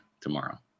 tomorrow